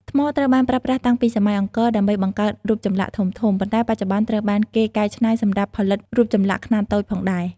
ថ្ម ត្រូវបានប្រើប្រាស់តាំងពីសម័យអង្គរដើម្បីបង្កើតរូបចម្លាក់ធំៗ ប៉ុន្តែបច្ចុប្បន្នត្រូវបានគេកែច្នៃសម្រាប់ផលិតរូបចម្លាក់ខ្នាតតូចផងដែរ។